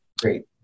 Great